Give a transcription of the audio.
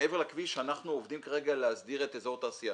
כאשר מעבר לכביש אנחנו עובדים כרגע להסדיר את אזור התעשייה.